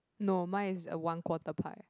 no mine is a one quarter pie